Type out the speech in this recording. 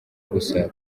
gusa